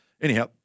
Anyhow